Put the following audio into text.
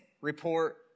report